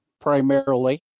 primarily